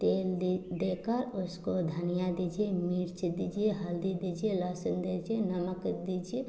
तेल दे देकर उसको धनिया दीजिए मिर्च दीजिए हल्दी दीजिए लहसून दीजिए नमक दीजिए